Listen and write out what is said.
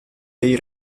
dei